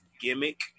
gimmick